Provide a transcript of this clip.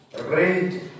read